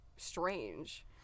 strange